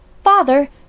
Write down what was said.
Father